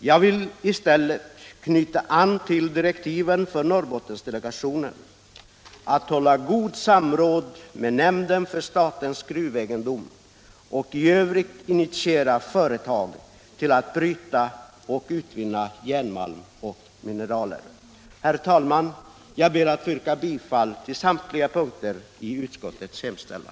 Jag vill i stället knyta an till direktiven för Norrbottensdelegationen, att hålla gott samråd med nämnden för statens gruvegendom och i övrigt initiera företag att bryta och utnyttja järnmalm och mineraler. Herr talman! Jag ber att få yrka bifall till samtliga punkter i utskottets hemställan.